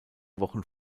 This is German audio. wochen